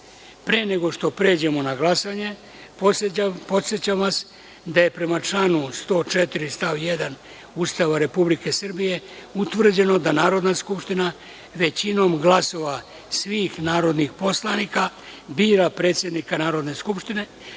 nego što pređemo na glasanje podsećam vas da je prema članu 104. stav 1. Ustava Republike Srbije utvrđeno da Narodna skupština većinom glasova svih narodnih poslanika bira predsednika Narodne skupštine,